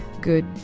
good